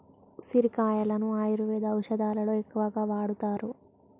ఉసిరికాయలను ఆయుర్వేద ఔషదాలలో ఎక్కువగా వాడుతారు